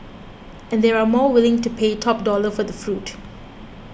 and they are more willing to pay top dollar for the fruit